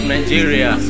Nigeria